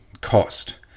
cost